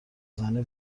زنه